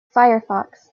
firefox